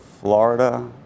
Florida